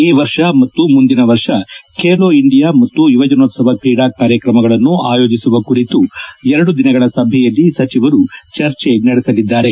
ಈ ವರ್ಷ ಮತ್ತು ಮುಂದಿನ ವರ್ಷ ಖೇಲೊ ಇಂಡಿಯಾ ಮತ್ತು ಯುವಜನೋತ್ಪವ ಕ್ರೀಡಾ ಕಾರ್ಯಕ್ರಮಗಳನ್ನು ಆಯೋಜಿಸುವ ಕುರಿತು ಎರಡು ದಿನಗಳ ಸಭೆಯಲ್ಲಿ ಸಚಿವರು ಚರ್ಚೆ ನಡೆಸಲಿದ್ದಾರೆ